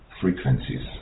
frequencies